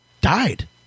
died